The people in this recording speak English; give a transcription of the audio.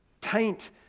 taint